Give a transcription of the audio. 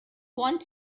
want